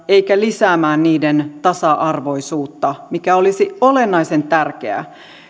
eikä lisäämään niiden tasa arvoisuutta mikä olisi olennaisen tärkeää